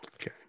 Okay